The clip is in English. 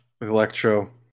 Electro